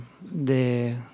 de